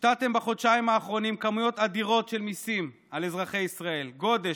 השתתם בחודשיים האחרונים כמויות אדירות של מיסים על אזרחי ישראל: גודש,